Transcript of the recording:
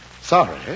Sorry